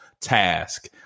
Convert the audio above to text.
task